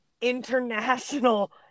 international